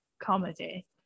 comedy